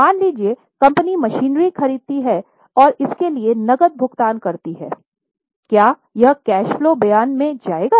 मान लीजिए company machinery खरीदती है और इसके लिए नकद भुगतान करती है क्या यह कैश फलो बयान में जाएगा